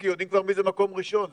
כי יודעים כבר מי זה מקום ראשון,